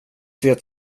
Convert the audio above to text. det